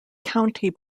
county